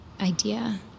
idea